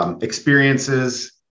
Experiences